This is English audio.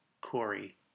Corey